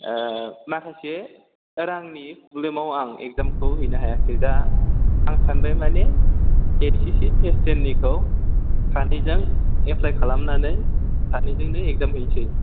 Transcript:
ओ माखासे रांनि फ्र'ब्लेमाव आं एग्जामखौ हैनो हायाखै दा आं सान्दों माने S S C phase ten निखौ सानैजों एप्लाइ खालामनानै सानैजोंनो एग्जाम हैनोसै